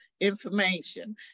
information